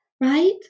right